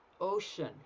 ocean